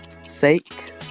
sake